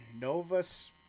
Novus